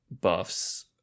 buffs